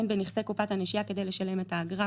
אין בנכסי קופת הנשייה כדי לשלם את האגרה,